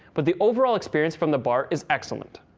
but the overall experience from the bar is excellent.